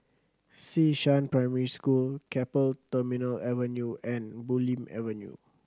Xishan Primary School Keppel Terminal Avenue and Bulim Avenue